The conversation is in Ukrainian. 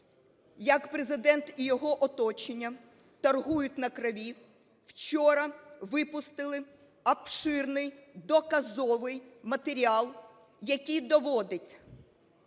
як Президент і його оточення торгують на крові, вчора випустили обширний доказовий матеріал, який доводить,